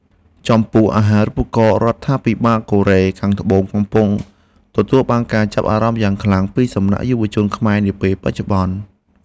ចំពោះអាហារូបករណ៍រដ្ឋាភិបាលកូរ៉េខាងត្បូងកំពុងទទួលបានការចាប់អារម្មណ៍យ៉ាងខ្លាំងពីសំណាក់យុវជនខ្មែរនាពេលបច្ចុប្បន្ន។